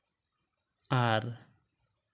ᱟᱨ